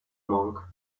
monk